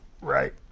Right